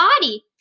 body